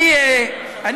לא רק ביש עתיד.